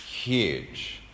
huge